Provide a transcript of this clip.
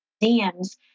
museums